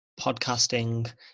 podcasting